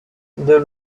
des